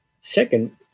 Second